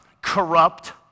corrupt